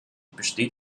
besteht